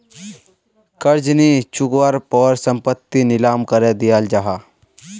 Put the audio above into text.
कर्ज नि चुक्वार पोर संपत्ति नीलाम करे दियाल जाहा